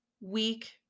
weak